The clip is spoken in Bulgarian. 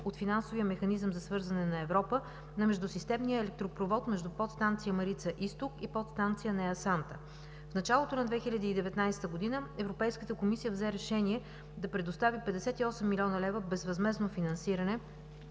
от финансовия механизъм за свързване на Европа на междусистемния електропровод между подстанция „Марица изток“ и подстанция „Неа Санта“. В началото на 2019 г. Европейската комисия взе решение да предостави 58 млн. лв. безвъзмездно финансиране